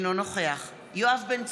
אינו נוכח יואב בן צור,